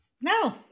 No